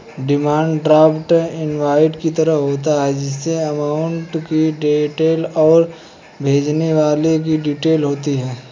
demand draft invoice की तरह होता है जिसमे अमाउंट की डिटेल और भेजने वाले की डिटेल होती है